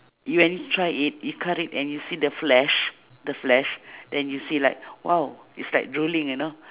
y~ when you try it you cut it and you see the flesh the flesh then you see like !wow! it's like drooling you know